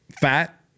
fat